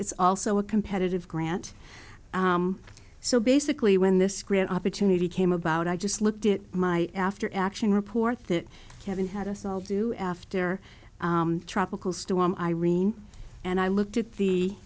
it's also a competitive grant so basically when this great opportunity came about i just looked at my after action report that kevin had us all do after tropical storm irene and i looked at the